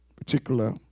particular